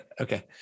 Okay